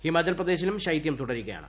ഹിമാചൽ പ്രദേശിലും ശൈത്യം തുടരുകയാണ്